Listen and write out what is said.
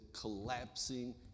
collapsing